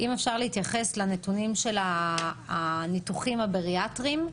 אם תוכלי להתייחס לנתונים של הניתוחים הבריאטריים,